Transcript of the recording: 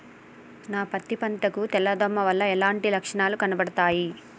నా పత్తి పంట కు తెల్ల దోమ వలన ఎలాంటి లక్షణాలు కనబడుతాయి?